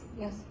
Yes